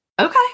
Okay